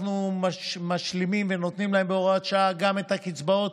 אנחנו משלימים ונותנים להם בהוראת שעה גם את הקצבאות